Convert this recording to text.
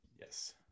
Yes